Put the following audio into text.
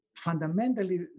Fundamentally